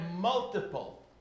multiple